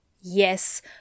Yes